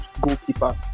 goalkeeper